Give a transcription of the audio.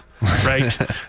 Right